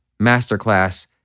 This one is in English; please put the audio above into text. masterclass